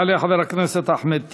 יעלה חבר הכנסת אחמד טיבי,